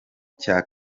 cya